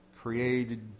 created